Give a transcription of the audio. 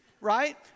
right